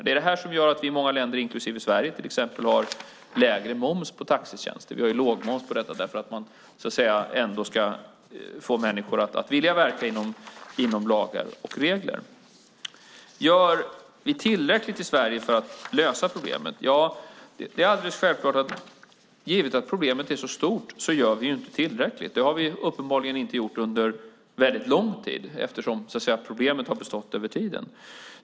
Det är detta som gör att vi i många länder, inklusive Sverige, till exempel har lägre moms på taxitjänster. Vi har låg moms på detta därför att man ändå ska få människor att vilja verka inom lagar och regler. Gör vi tillräckligt i Sverige för att lösa problemet? Ja, givet att problemet är så stort är det alldeles självklart att vi inte gör tillräckligt. Det har vi uppenbarligen inte gjort under väldigt lång tid, eftersom problemet har bestått över tid.